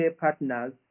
partners